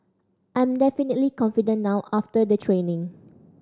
I'm definitely confident now after the training